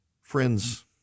Friends